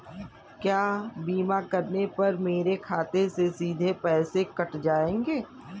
क्या बीमा करने पर मेरे खाते से सीधे पैसे कट जाएंगे?